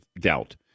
doubt